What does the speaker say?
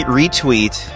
retweet